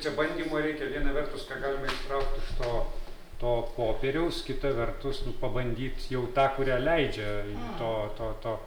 čia bandymo reikia viena vertus ką galima ištraukt iš to to popieriaus kita vertus nu pabandyt jau tą kurią leidžia to to to